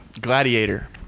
Gladiator